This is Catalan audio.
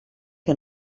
que